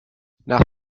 nach